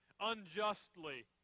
unjustly